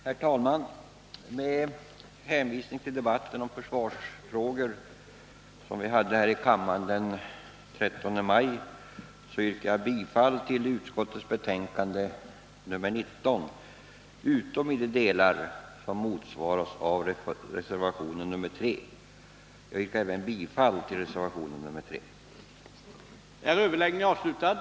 Herr talman! Med hänvisning till debatten om försvarsfrågor den 13 maj yrkar jag bifall till hemställan i försvarsutskottets betänkande 19 utom i de delar som motsvaras av reservation 3. TIII denna reservation yrkar jag bifall.